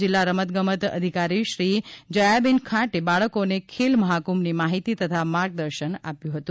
જિલ્લા રમતગમત અધિકારીશ્રી જયાબેન ખાંટે બાળકોને ખેલમહાકુંભની માહિતી તથા માર્ગદર્શન આપ્યું હતું